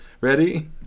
Ready